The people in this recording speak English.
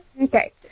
Okay